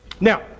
Now